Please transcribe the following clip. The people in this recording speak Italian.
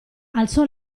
alzò